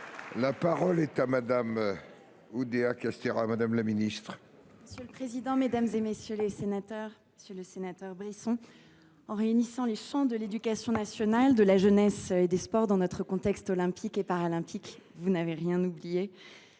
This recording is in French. sports et des jeux Olympiques et Paralympiques. Monsieur le président, mesdames, messieurs les sénateurs, monsieur le sénateur Max Brisson, en réunissant les champs de l’éducation nationale, de la jeunesse et des sports dans notre contexte olympique et paralympique, vous n’avez rien oublié